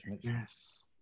yes